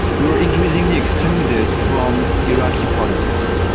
were increasingly excluded from iraqi politics.